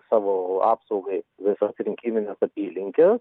savo apsaugai visas rinkimines apylinkes